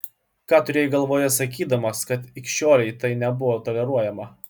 ką turėjai galvoje sakydamas kad ikšiolei tai nebuvo toleruojama